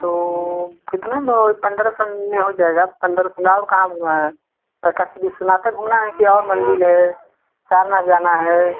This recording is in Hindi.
तो कितने में वह पंद्रह सौ में हो जाएगा पंद्रह सौ में और कहाँ घूमाना है और काशी विश्वनाथ तक घूमना है कि और मंदिर हैं सारनाथ जाना है